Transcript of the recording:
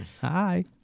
Hi